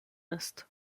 ist